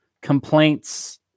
complaints